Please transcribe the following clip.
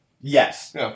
Yes